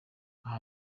aha